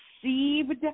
perceived